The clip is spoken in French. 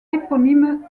éponyme